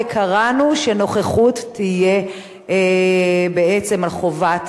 וקראנו שתהיה חובת